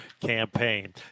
campaign